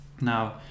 Now